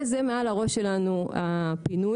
זה מעל הראש שלנו הפינוי.